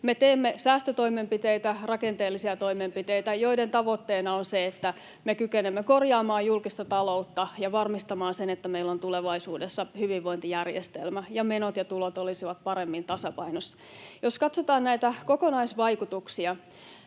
teemme säästötoimenpiteitä, rakenteellisia toimenpiteitä, joiden tavoitteena on se, että me kykenemme korjaamaan julkista taloutta ja varmistamaan sen, että meillä on tulevaisuudessa hyvinvointijärjestelmä ja menot ja tulot olisivat paremmin tasapainossa. Jos katsotaan näitä kokonaisvaikutuksia,